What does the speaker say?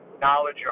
knowledge